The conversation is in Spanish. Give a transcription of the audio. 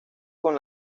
con